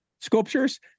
sculptures